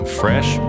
fresh